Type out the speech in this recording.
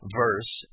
verse